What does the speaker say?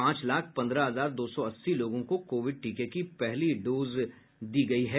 पांच लाख पन्द्रह हजार दो सौ अस्सी लोगों को कोविड टीके की पहली डोज दी जा चुकी है